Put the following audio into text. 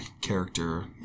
character